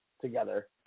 together